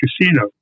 casino